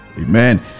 amen